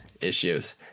issues